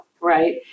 right